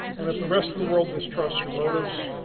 and if the rest of the world mistrusts your motives,